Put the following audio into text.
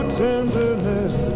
tenderness